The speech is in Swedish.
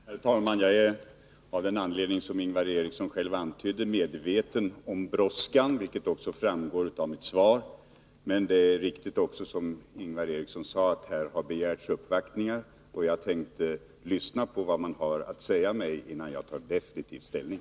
Herr talman! Jag är, av den anledning som Ingvar Eriksson själv antydde, medveten om brådskan, vilket också framgår av mitt svar. Men det är också riktigt som Ingvar Eriksson sade att uppvaktningar har begärts, och jag tänkte lyssna på vad man har att säga mig innan jag tar definitiv ställning.